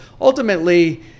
ultimately